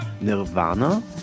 Nirvana